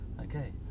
okay